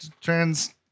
Trans